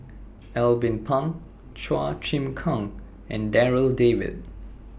Alvin Pang Chua Chim Kang and Darryl David